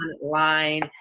Online